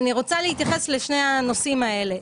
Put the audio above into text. אני רוצה להתייחס לשני הנושאים האלה.